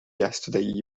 yesterday